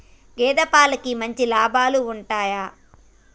గేదే పాలకి మంచి లాభాలు ఉంటయా?